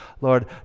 Lord